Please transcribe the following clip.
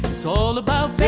it's all about